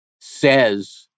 says